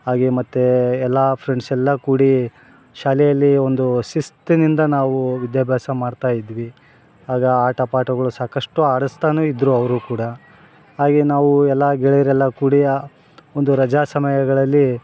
ಹಾಗೆ ಮತ್ತು ಎಲ್ಲಾ ಫ್ರೆಂಡ್ಸ್ ಎಲ್ಲಾ ಕೂಡಿ ಶಾಲೆಯಲ್ಲಿ ಒಂದು ಶಿಸ್ತಿನಿಂದ ನಾವು ವಿದ್ಯಾಭ್ಯಾಸ ಮಾಡ್ತಾ ಇದ್ವಿ ಆಗ ಆಟ ಪಾಠಗುಳು ಸಾಕಷ್ಟು ಆಡಸ್ತಾನು ಇದ್ದರು ಅವರು ಕೂಡ ಹಾಗೆ ನಾವು ಎಲ್ಲ ಗೆಳೆಯರೆಲ್ಲ ಕೂಡಿ ಒಂದು ರಜ ಸಮಯಗಳಲ್ಲಿ